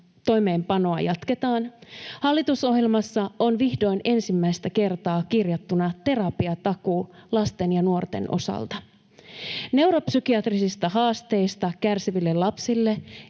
toimeenpanoa jatketaan. Hallitusohjelmassa on vihdoin ensimmäistä kertaa kirjattuna terapiatakuu lasten ja nuorten osalta. Neuropsykiatrisista haasteista kärsiville lapsille